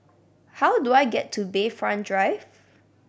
how do I get to Bayfront Drive